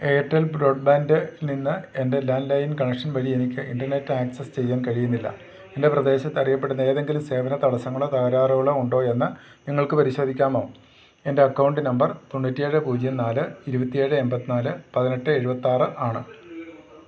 Airtel ബ്രോഡ്ബാൻഡിൽ നിന്ന് എൻ്റെ ലാൻഡ് ലൈൻ കണക്ഷൻ വഴി എനിക്ക് ഇൻറ്റർനെറ്റ് ആക്സസ് ചെയ്യാൻ കഴിയുന്നില്ല എൻ്റെ പ്രദേശത്ത് അറിയപ്പെടുന്ന ഏതെങ്കിലും സേവന തടസ്സങ്ങളോ തകരാറുകളോ ഉണ്ടോ എന്ന് നിങ്ങൾക്ക് പരിശോധിക്കാമോ എൻ്റെ അക്കൌണ്ട് നമ്പർ തൊണ്ണൂറ്റി ഏഴ് പൂജ്യം നാല് ഇരുവത്തി ഏഴ് എൺപത്തി നാല് പതിനെട്ട് എഴുപത്തി ആറ് ആണ്